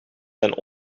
zijn